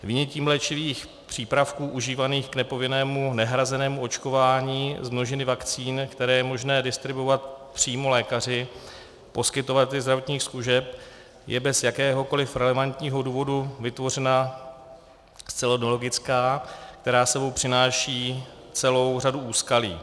Vynětím léčivých přípravků užívaných k nepovinnému nehrazenému očkování z množiny vakcín, které je možné distribuovat přímo lékaři, poskytovateli zdravotních služeb, je bez jakéhokoliv relevantního důvodu vytvořena zcela nelogická , která s sebou přináší celou řadu úskalí.